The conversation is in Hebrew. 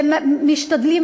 ומשתדלים,